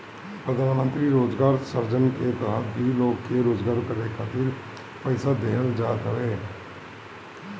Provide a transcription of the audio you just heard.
प्रधानमंत्री रोजगार सृजन के तहत भी लोग के रोजगार करे खातिर पईसा देहल जात हवे